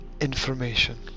information